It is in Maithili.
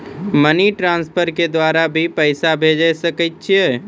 मनी ट्रांसफर के द्वारा भी पैसा भेजै सकै छौ?